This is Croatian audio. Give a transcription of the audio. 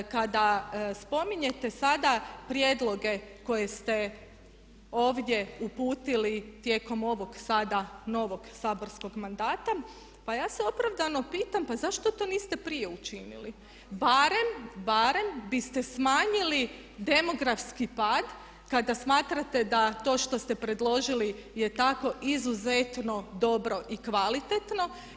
Kada spominjete sada prijedloge koje ste ovdje uputili tijekom ovog sada novog saborskog mandata, pa ja se opravdano pitam pa zašto to niste prije učinili barem biste smanjili demografski pad kada smatrate da to što ste predložili je tako izuzetno dobro i kvalitetno.